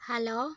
hello